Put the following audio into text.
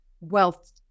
wealth